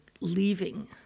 leaving